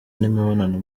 n’imibonano